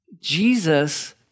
Jesus